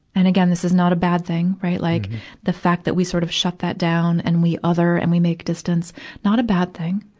and, again, this is not a bad thing, right. like the fact that we sort of shut that down and we other and we make distance not a bad this,